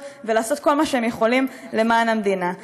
ולעשות כל מה שהם יכולים למען המדינה.